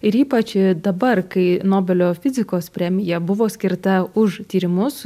ir ypač dabar kai nobelio fizikos premija buvo skirta už tyrimus